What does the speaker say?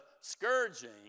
scourging